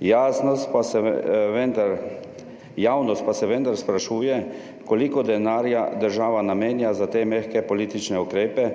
Javnost pa se vendar sprašuje koliko denarja država namenja za te mehke politične ukrepe